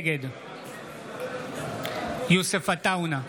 נגד יוסף עטאונה,